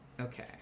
Okay